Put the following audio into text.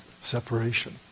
separation